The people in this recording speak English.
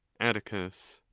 atticus.